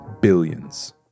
billions